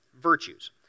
virtues